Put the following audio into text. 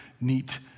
neat